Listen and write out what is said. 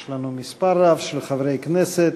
יש לנו מספר רב של חברי כנסת